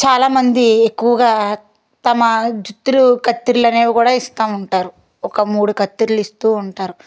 చాలామంది ఎక్కువగా తమ జుత్తులు కత్తెర్లు అనేవి కూడా ఇస్తూ ఉంటారు ఒక మూడు కత్తెర్లు ఇస్తూ ఉంటారు